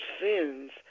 sins